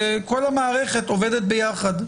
כל המערכת עובדת ביחד.